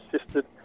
assisted